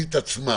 התכנית עצמה,